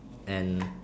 and